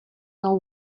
now